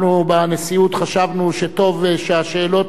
אנחנו בנשיאות חשבנו שטוב שהשאלות